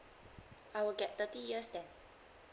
I will get thirty years then